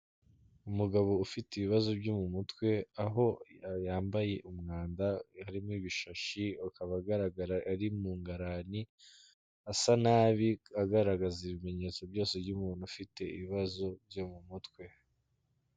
Umugabo ufite ibibazo byo mu mutwe, aho yambaye umwanda harimo ibishashi akaba agaragara ari mu ngarani, asa nabi agaragaza ibimenyetso byose by'umuntu ufite ibibazo byo mu mutwe.